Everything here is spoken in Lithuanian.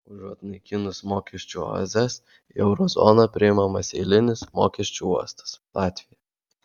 užuot naikinus mokesčių oazes į euro zoną priimamas eilinis mokesčių uostas latvija